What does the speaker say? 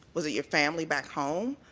was it your family back home?